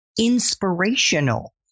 inspirational